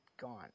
gone